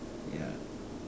ya